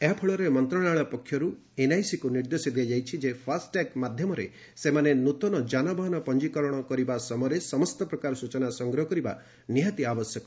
ଏହାଫଳରେ ମନ୍ତ୍ରଣାଳୟ ପକ୍ଷରୁ ଏନ୍ଆଇସିକୁ ନିର୍ଦ୍ଦେଶ ଦିଆଯାଇଛି ଯେ ଫ୍ୟାଷ୍ଟଟ୍ୟାଗ୍ ମାଧ୍ୟମରେ ସେମାନେ ନୂଆ ଯାନବାହନ ପଞ୍ଜିକରଣ କରିବା ସମୟରେ ସମସ୍ତ ପ୍ରକାର ସୂଚନା ସଂଗ୍ରହ କରିବା ନିହାତି ଆବଶ୍ୟକ